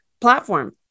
platform